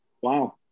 Wow